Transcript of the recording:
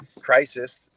crisis